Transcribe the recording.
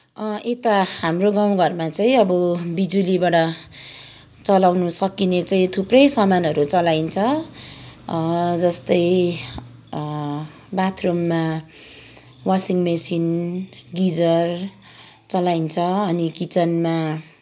यता हाम्रो गाउँघरमा चाहिँ अब बिजुलीबाट चलाउनु सकिने चाहिँ थुप्रै सामानहरू चलाइन्छ जस्तै बाथरूममा वासिङ मेसिन गिजर चलाइन्छ अनि किचनमा